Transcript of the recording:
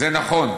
זה נכון.